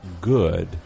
good